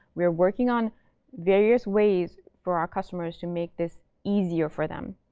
we are working on various ways for our customers to make this easier for them.